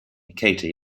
katie